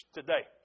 today